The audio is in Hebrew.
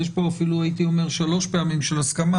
אז יש פה אפילו 3 פעמים של הסכמה,